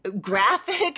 graphic